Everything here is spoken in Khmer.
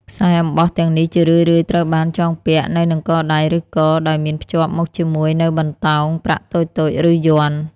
ខ្សែអំបោះទាំងនេះជារឿយៗត្រូវបានចងពាក់នៅនឹងកដៃ ឬ ក ដោយមានភ្ជាប់មកជាមួយនូវបន្តោងប្រាក់តូចៗ ឬយ័ន្ត។